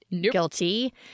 guilty